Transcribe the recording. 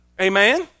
Amen